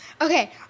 Okay